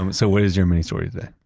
um so what is your mini-story today?